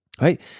Right